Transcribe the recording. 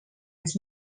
els